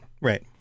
right